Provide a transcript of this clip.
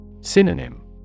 Synonym